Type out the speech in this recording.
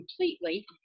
completely